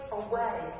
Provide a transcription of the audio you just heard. away